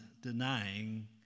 denying